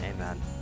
Amen